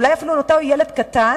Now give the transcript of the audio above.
ואולי אפילו על אותו ילד קטן,